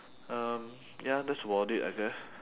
um ya that's about it I guess